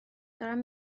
دارم